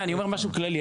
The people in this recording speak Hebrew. אומר משהו כללי,